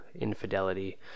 infidelity